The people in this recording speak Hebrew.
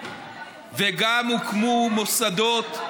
וגם הוקמו מוסדות,